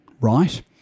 right